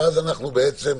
ואז אנחנו נשב